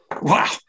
wow